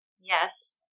yes